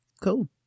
Cool